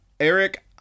Eric